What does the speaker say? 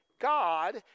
God